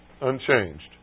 Unchanged